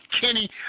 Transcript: Kenny